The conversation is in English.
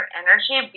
energy